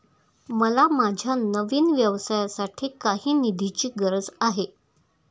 मला माझ्या नवीन व्यवसायासाठी काही निधीची गरज आहे